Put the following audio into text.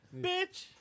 Bitch